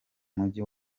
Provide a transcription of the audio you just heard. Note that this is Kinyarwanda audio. mujyi